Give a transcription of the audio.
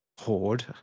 horde